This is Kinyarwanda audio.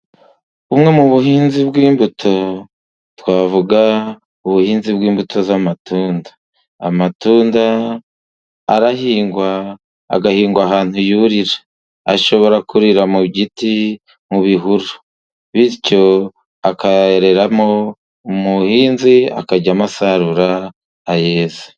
Bumwe mu buhinzi bw'imbuto twavuga ubuhinzi bw'imbuto z'amatunda. Amatunda arahingwa, agahingwa ahantu yurira. Ashobora kurira mu giti, mu bihuru, bityo akereramo umuhinzi akajyamo asarura ayeze.